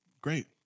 Great